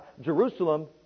Jerusalem